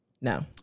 No